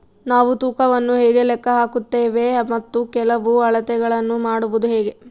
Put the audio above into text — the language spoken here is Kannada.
ನಾವು ತೂಕವನ್ನು ಹೇಗೆ ಲೆಕ್ಕ ಹಾಕುತ್ತೇವೆ ಮತ್ತು ಕೆಲವು ಅಳತೆಗಳನ್ನು ಮಾಡುವುದು ಹೇಗೆ?